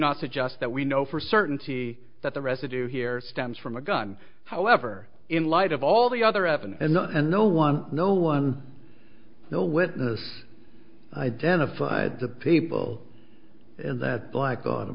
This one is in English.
not suggest that we know for certainty that the residue here stems from a gun however in light of all the other f and and no one no one no witness identified the people in that black